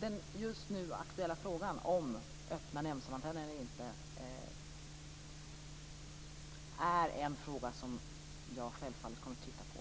framtiden titta på den nu aktuella frågan om öppna nämndsammanträden eller inte.